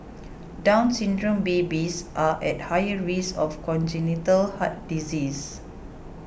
Down Syndrome babies are at higher risk of congenital heart diseases